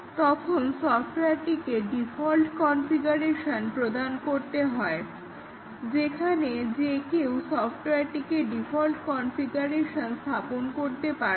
তখন সফটওয়্যারটিকে default configuration প্রদান করতে হয় যেখানে যে কেউ সফটওয়্যারটিকে ডিফল্ট কনফিগারেশনে স্থাপন করতে পারবে